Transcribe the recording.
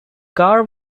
carr